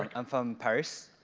like i'm from paris.